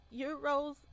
Euros